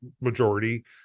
majority